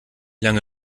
lange